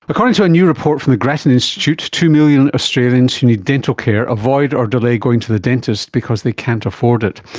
according to a new report from the grattan institute, two million australians who need dental care avoid or delay going to the dentist because they can't afford it.